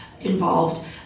involved